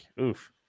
oof